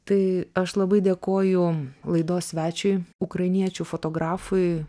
tai aš labai dėkoju laidos svečiui ukrainiečių fotografui